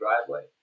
driveway